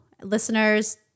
listeners